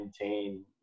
maintain